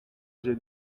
j’ai